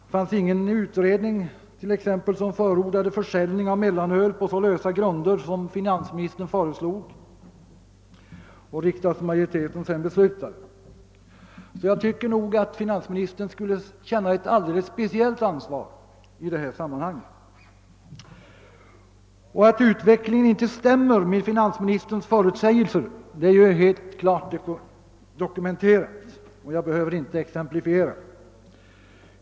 Det fanns ingen utredning som t.ex. förordade försäljning av mellanöl på så lösa grunder som finansministern föreslog och riksdagsmajoriteten sedan beslutade, så jag tycker att finansministern borde känna ett alldeles speciellt ansvar i detta sammanhang. Att utvecklingen inte stämmer med finansministerns förutsägelser är helt klart dokumenterat; jag behöver inte exemplifiera.